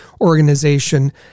organization